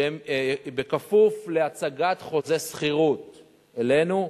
בכפוף להצגת חוזה שכירות לנו,